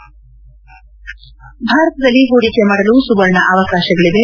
head ಭಾರತದಲ್ಲಿ ಹೂಡಿಕೆ ಮಾಡಲು ಸುವರ್ಣ ಅವಕಾಶಗಳವೆ